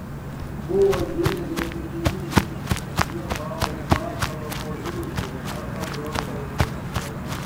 buvo didelė tikimybė kad jie valo kvartalą nuo žiurkių arba grobia vaikus